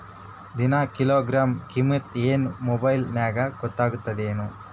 ದಿನಾ ಕಿಲೋಗ್ರಾಂ ಕಿಮ್ಮತ್ ಏನ್ ಮೊಬೈಲ್ ನ್ಯಾಗ ಗೊತ್ತಾಗತ್ತದೇನು?